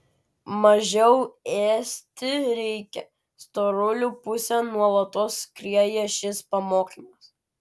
mažiau ėsti reikia storulių pusėn nuolatos skrieja šis pamokymas